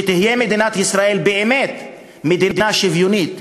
שתהיה מדינת ישראל באמת מדינה שוויונית,